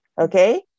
Okay